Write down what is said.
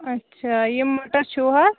اَچھا یِم چھِو حظ